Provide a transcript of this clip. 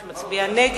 מי שמצביע נגד,